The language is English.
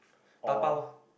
dabao